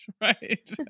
right